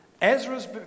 Ezra's